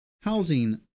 housing